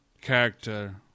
character